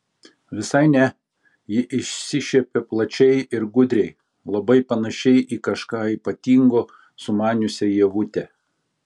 visai ne ji išsišiepė plačiai ir gudriai labai panašiai į kažką ypatingo sumaniusią ievutę